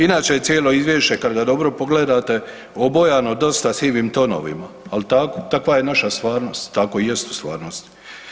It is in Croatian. Inače je cijelo izvješće kad ga dobro pogledate obojano dosta sivim tonovima, al takva je naša stvarnost, tako i jest u stvarnosti.